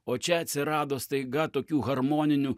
o čia atsirado staiga tokių harmoninių